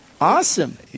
Awesome